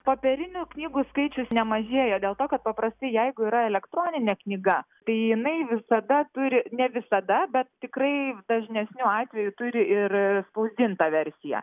popierinių knygų skaičius nemažėja dėl to kad paprastai jeigu yra elektroninė knyga tai jinai visada turi ne visada bet tikrai dažnesniu atveju turi ir spausdintą versiją